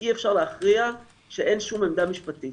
ואי אפשר להכריע כשאין שום עמדה משפטית.